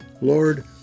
Lord